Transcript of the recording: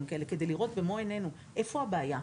כאלה כדי לראות במו עינינו איפה הבעיה,